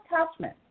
attachment